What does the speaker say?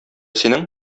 синең